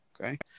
okay